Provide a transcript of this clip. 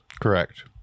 Correct